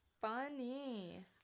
Funny